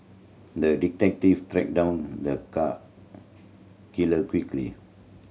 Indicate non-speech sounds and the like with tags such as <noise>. the detective tracked down the cat <unintelligible> killer quickly